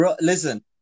listen